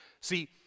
See